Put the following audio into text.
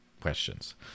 questions